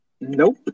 Nope